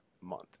month